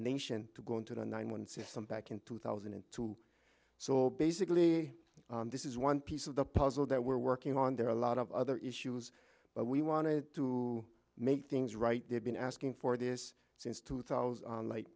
nation to go into the nine one system back in two thousand and two so basically this is one piece of the puzzle that we're working on there are a lot of other issues but we want to make things right they've been asking for this since two thousand